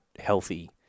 Healthy